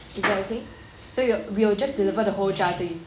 is that okay so you we'll just deliver the whole jar to you